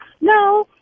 No